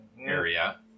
area